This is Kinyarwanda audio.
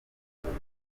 nkuko